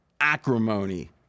acrimony